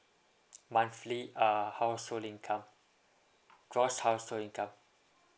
monthly uh household income gross household income